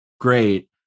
great